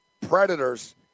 Predators